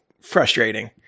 frustrating